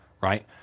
right